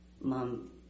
mom